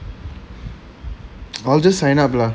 I will just sign up lah